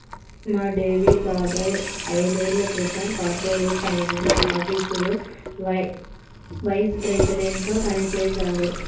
మా డేవిడ్ బాబాయ్ ఐదేళ్ళ క్రితం కార్పొరేట్ ఫైనాన్స్ ఆఫీసులో వైస్ ప్రెసిడెంట్గా పనిజేశారు